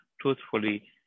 truthfully